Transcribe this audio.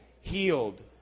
healed